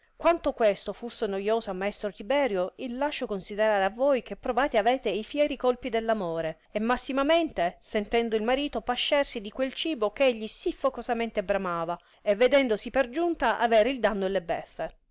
quanto questo fusse noioso a maestro tiberio il lascio considerare a voi che provati avete i fieri colpi d amore e massimamente sentendo il marito pascersi di quel cibo che egli si focosamente bramava e vedendosi per giunta avere il danno e le beffe